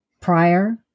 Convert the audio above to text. prior